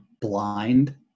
blind